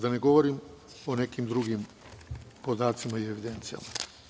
Da ne govorim o nekim drugim podacima i evidencijama.